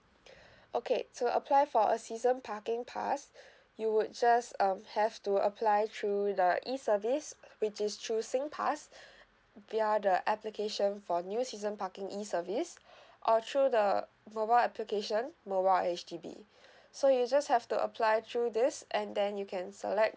okay to apply for a season parking pass you would just um have to apply through the e service which is through singpass via the application for new season parking e service or through the mobile application mobile H_D_B so you just have to apply through this and then you can select